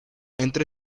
entre